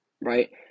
right